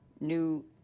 new